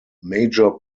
major